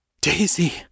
Daisy